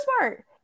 smart